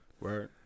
Right